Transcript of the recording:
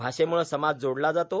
भाषेमुळं समाज जोडला जातो